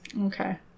okay